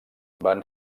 van